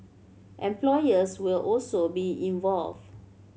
employers will also be involved